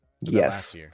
Yes